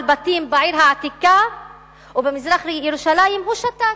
בתים בעיר העתיקה ובמזרח-ירושלים הוא שתק,